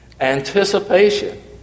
anticipation